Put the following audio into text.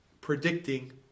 predicting